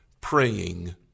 praying